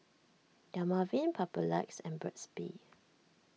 Dermaveen Papulex and Burt's Bee